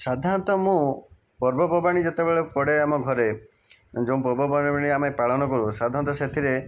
ସାଧାରଣତଃ ମୁଁ ପର୍ବପର୍ବାଣୀ ଯେତେବେଳେ ପଡ଼େ ଆମ ଘରେ ଯେଉଁ ପର୍ବପର୍ବାଣୀ ଆମେ ପାଳନ କରୁ ସାଧାରଣତଃ ସେଥିରେ